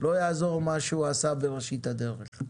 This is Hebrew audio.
לא יעזור מה שהוא עשה בראשית הדרך.